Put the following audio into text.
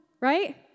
right